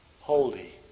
holy